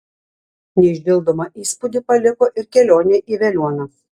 neišdildomą įspūdį paliko ir kelionė į veliuoną